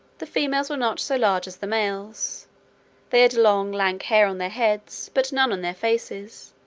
the females were not so large as the males they had long lank hair on their heads, but none on their faces,